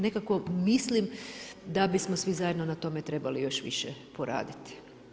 Nekako mislim da bismo svi zajedno na tome trebali još više poraditi.